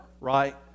right